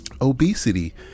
obesity